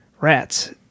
rats